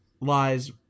lies